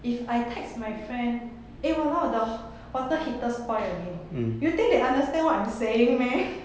if I text my friend eh !walao! the h~ water heater spoil again you think they understand what I'm saying meh